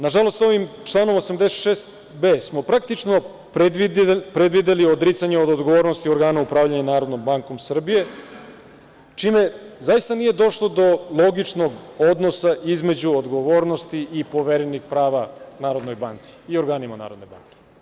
Nažalost, ovim članom 86b smo praktično predvideli odricanje od odgovornosti organa upravljanja NBS, čime zaista nije došlo do logičnog odnosa između odgovornosti i poverenih prava Narodnoj banci i organima Narodne banke.